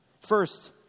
First